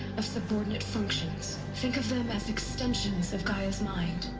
of subordinate functions think of them as extensions of gaia's mind.